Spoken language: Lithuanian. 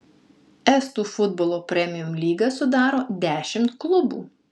estų futbolo premium lygą sudaro dešimt klubų